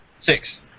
Six